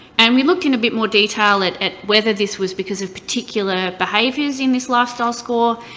and we looked in a bit more detail at at whether this was because of particular behaviors in this lifestyle score,